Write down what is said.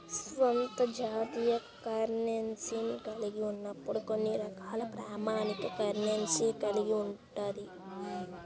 స్వంత జాతీయ కరెన్సీని కలిగి ఉన్నప్పుడు కొన్ని రకాల ప్రామాణిక కరెన్సీని కలిగి ఉంటది